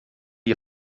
ihr